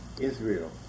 Israel